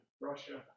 Russia